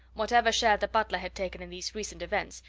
whatever share the butler had taken in these recent events,